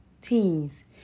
teens